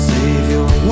Savior